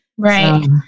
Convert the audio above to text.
Right